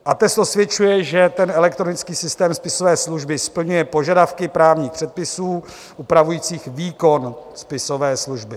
Atest osvědčuje, že elektronický systém spisové služby splňuje požadavky právních předpisů upravujících výkon spisové služby.